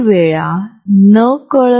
मला माफ करा